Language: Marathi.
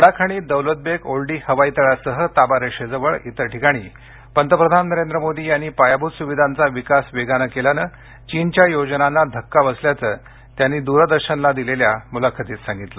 लडाख आणि दौलत बेग ओल्डी हवाई तळासह ताबा रेषेजवळ इतर ठिकाणी पंतप्रधान नरेंद्र मोदी यांनी पायाभूत सुविधांचा विकास वेगानं केल्यानं चीनच्या योजनांना धक्का बसल्याचं त्यांनी डीडी न्यूजला दिलेल्या मुलाखतीत सांगितलं